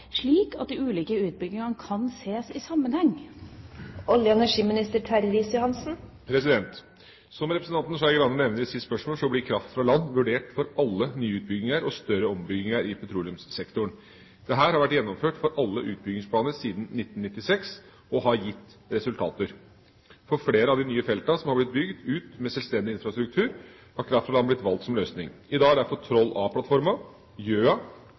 slik at de ulike utbyggingene kan ses i en sammenheng?» Som representanten Skei Grande nevner i sitt spørsmål, blir kraft fra land vurdert for alle nye utbygginger og større ombygginger i petroleumssektoren. Dette har vært gjennomført for alle utbyggingsplaner siden 1996 og har gitt resultater. For flere av de nye feltene som har blitt bygd ut med selvstendig infrastruktur, har kraft fra land blitt valgt som løsning. I dag er derfor Troll